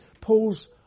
Paul's